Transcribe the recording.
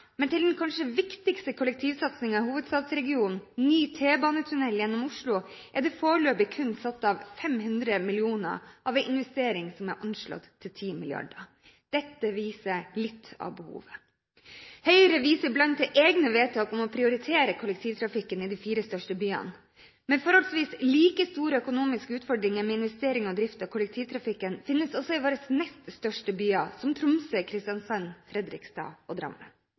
Men til den kanskje viktigste kollektivsatsingen i hovedstadsregionen, ny t-banetunell gjennom Oslo, er det foreløpig kun satt av 500 mill. kr av en investering som er anslått til 10 mrd. kr. Dette viser litt av behovet. Høyre viser iblant til egne vedtak om å prioritere kollektivtrafikken i de fire største byene. Men forholdsvis like store økonomiske utfordringer med investeringer og drift av kollektivtrafikken, finnes også i våre nest største byer, som Tromsø, Kristiansand, Fredrikstad og